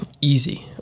easy